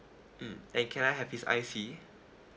mm and can I have his I_C